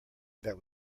that